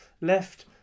left